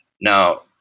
Now